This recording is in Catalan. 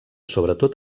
sobretot